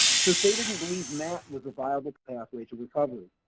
so if they didn't believe mat was a viable pathway to recovery.